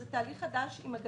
שזה הרף הנמוך ביותר של שותף